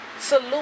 salute